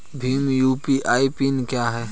Bhim UPI PIN क्या है?